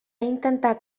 intentar